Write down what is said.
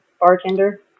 bartender